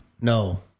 No